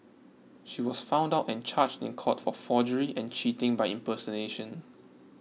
she was found out and charged in court for forgery and cheating by impersonation